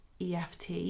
EFT